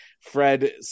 fred